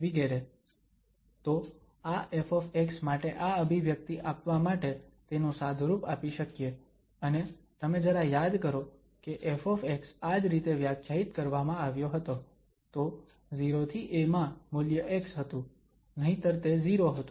તો આ ƒ માટે આ અભિવ્યક્તિ આપવા માટે તેનું સાદુરૂપ આપી શકીએ અને તમે જરા યાદ કરો કે ƒ આ જ રીતે વ્યાખ્યાયિત કરવામાં આવ્યો હતો તો 0 થી a માં મૂલ્ય x હતું નહિતર તે 0 હતું